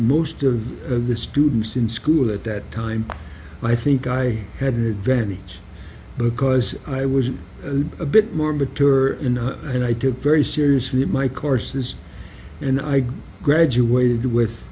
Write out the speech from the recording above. most of the students in school at that time i think i had an advantage because i was a bit more mature and i took very seriously my courses and i graduated with